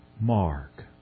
Mark